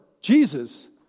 Jesus